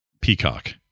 peacock